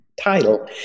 title